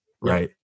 right